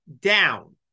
down